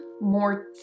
more